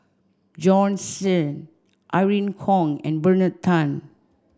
Bjorn Shen Irene Khong and Bernard Tan